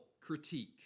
critique